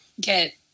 get